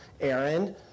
Aaron